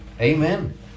Amen